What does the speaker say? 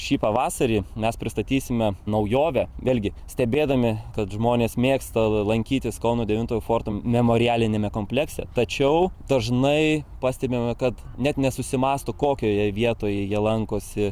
šį pavasarį mes pristatysime naujovę vėlgi stebėdami kad žmonės mėgsta lankytis kauno devintojo forto memorialiniame komplekse tačiau dažnai pastebime kad net nesusimąsto kokioje vietoje jie lankosi